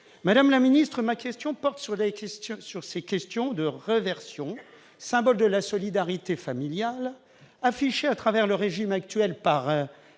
Madame la ministre, ma question porte sur les pensions de réversion, symbole de la solidarité familiale affichée dans le régime actuel par